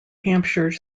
hampshire